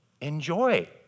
enjoy